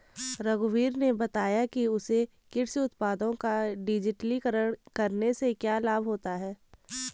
रघुवीर ने बताया कि उसे कृषि उत्पादों का डिजिटलीकरण करने से क्या लाभ होता है